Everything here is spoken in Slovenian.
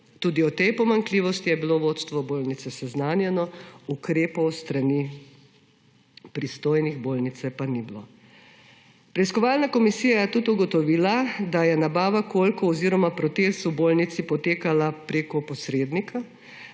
Tudi o tej pomanjkljivosti je bilo vodstvo bolnišnice seznanjeno, ukrepov s strani pristojnih v bolnišnici pa ni bilo. Preiskovalna komisija je tudi ugotovila, da je nabava kolkov oziroma protez v bolnišnici potekala preko posrednika,